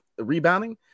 rebounding